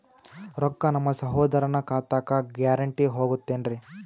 ರೊಕ್ಕ ನಮ್ಮಸಹೋದರನ ಖಾತಕ್ಕ ಗ್ಯಾರಂಟಿ ಹೊಗುತೇನ್ರಿ?